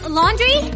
laundry